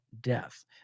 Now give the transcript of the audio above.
death